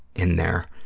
in there,